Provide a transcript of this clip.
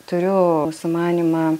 turiu sumanymą